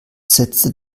setzte